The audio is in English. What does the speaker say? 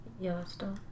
Yellowstone